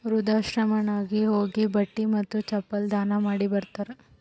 ವೃದ್ಧಾಶ್ರಮನಾಗ್ ಹೋಗಿ ಬಟ್ಟಿ ಮತ್ತ ಚಪ್ಪಲ್ ದಾನ ಮಾಡಿ ಬರ್ತಾರ್